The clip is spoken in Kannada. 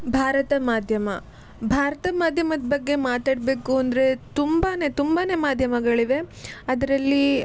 ಭಾರತ ಮಾಧ್ಯಮ ಭಾರತ ಮಾಧ್ಯಮದ ಬಗ್ಗೆ ಮಾತಾಡಬೇಕು ಅಂದರೆ ತುಂಬಾ ತುಂಬಾ ಮಾಧ್ಯಮಗಳಿವೆ ಅದರಲ್ಲಿ